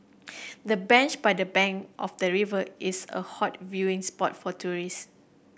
the bench by the bank of the river is a hot viewing spot for tourist